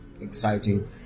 exciting